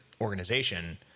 organization